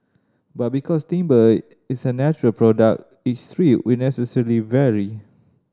but because timber is a natural product each strip will necessary vary